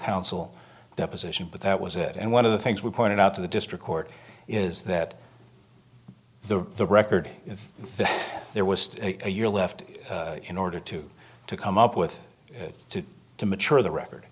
counsel deposition but that was it and one of the things we pointed out to the district court is that the the record is that there was a year left in order to come up with to to mature the record